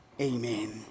Amen